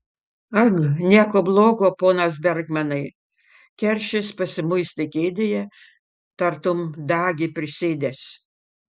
ag nieko blogo ponas bergmanai keršis pasimuistė kėdėje tartum dagį prisėdęs